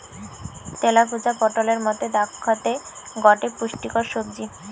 তেলাকুচা পটোলের মতো দ্যাখতে গটে পুষ্টিকর সবজি